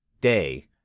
day